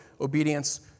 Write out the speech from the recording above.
obedience